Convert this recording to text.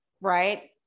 right